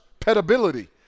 petability